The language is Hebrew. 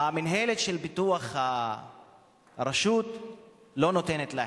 המנהלת את פיתוח הרשות לא נותנת להם.